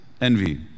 envy